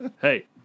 Hey